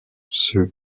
ceux